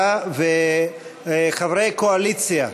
חברי קואליציה,